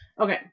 Okay